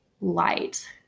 light